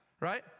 Right